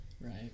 Right